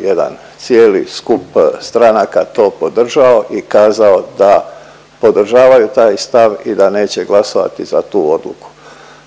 jedan cijeli skup stranaka to podržao i kazao da podržavaju taj stav i da neće glasovati za tu odluku.